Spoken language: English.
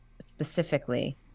specifically